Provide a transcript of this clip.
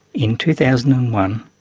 in two thousand and one,